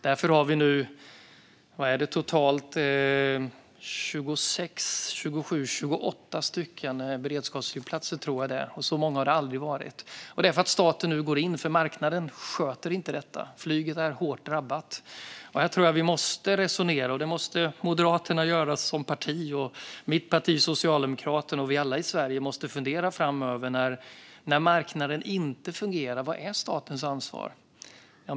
Därför har vi nu totalt 26, 27 eller 28 beredskapsflygplatser, tror jag. Så många har det aldrig varit. Staten går nu in, för marknaden sköter inte detta. Flyget är hårt drabbat. Här tror jag att vi måste resonera. Moderaterna och mitt parti Socialdemokraterna - vi alla i Sverige - måste fundera över vad statens ansvar är när marknaden inte fungerar.